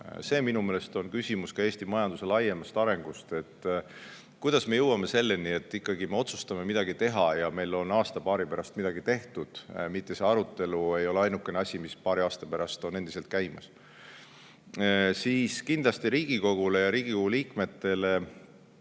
See on minu meelest küsimus Eesti majanduse laiemast arengust: kuidas me jõuame selleni, et me otsustame midagi teha ja meil on aasta-paari pärast midagi tehtud, mitte see arutelu ei ole ainukene asi, mis paari aasta pärast on endiselt käimas? Kindlasti Riigikogule ja Riigikogu liikmetele